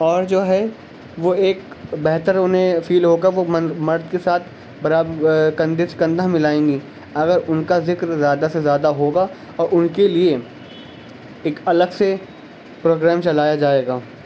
اور جو ہے وہ ایک بہتر انہیں فیل ہو گا وہ من مرد کے ساتھ برابر کندھے سے کندھا ملائیں گی اگر ان کا ذکر زیادہ سے زیادہ ہوگا اور ان کے لیے ایک الگ سے پروگرام چلایا جائے گا